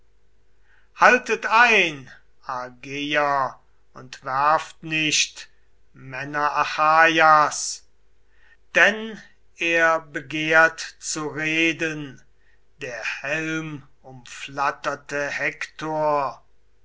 haltet ein argeier und werft nicht männer achaias denn er begehrt zu reden der helmumflatterte hektor